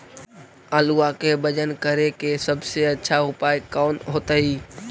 आलुआ के वजन करेके सबसे अच्छा उपाय कौन होतई?